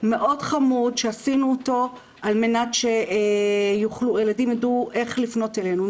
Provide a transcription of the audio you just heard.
מאוד חמוד שעשינו אותו על מנת שהילדים ידעו איך לפנות אלינו,